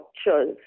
structures